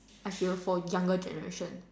I feel for younger generation